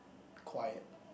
quiet